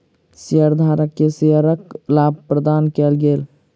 शेयरधारक के शेयरक लाभ प्रदान कयल गेल